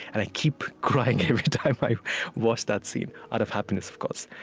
and i keep crying every time i watch that scene out of happiness, of course.